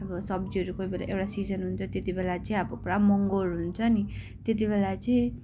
अब सब्जीहरू कोही बेला एउटा सिजन हुन्छ त्यति बेला चाहिँ अब पुरा महँगोहरू हुन्छ नि त्यति बेला चाहिँ